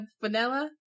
vanilla